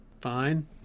fine